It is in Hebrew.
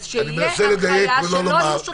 אז שתהיה הנחיה שלא יהיו שוטרים סמויים.